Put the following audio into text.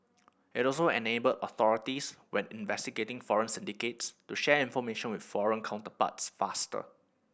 it also enable authorities when investigating foreign syndicates to share information with foreign counterparts faster